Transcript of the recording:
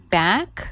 back